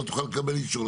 היא לא תוכל לקבל אישור,